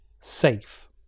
safe